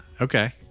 Okay